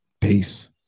Peace